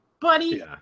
buddy